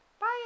Bye